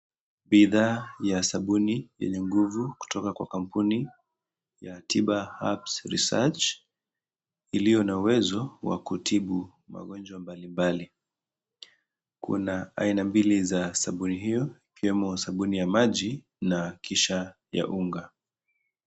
Bidhaa ya sabuni yenye nguvu kutoka kwa kampuni ya Tibahubs research iliyo na uwezo wa kutibu magonjwa mbalimbali. Kuna aina mbili za sabuni hio ikiwemo sabuni ya maji na kisha ya unga.